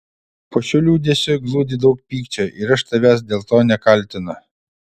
po šiuo liūdesiu glūdi daug pykčio ir aš tavęs dėl to nekaltinu